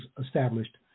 established